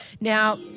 Now